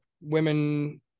women